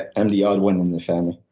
i'm the odd one in the family.